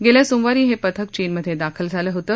गेल्या सोमवारी हे पथक चीनमध्ये दाखल झाल होतं